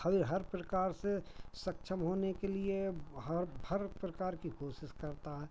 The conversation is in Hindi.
हरे हर प्रकार से सक्षम होने के लिए हर हर प्रकार की कोशिश करता है